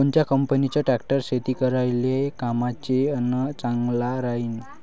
कोनच्या कंपनीचा ट्रॅक्टर शेती करायले कामाचे अन चांगला राहीनं?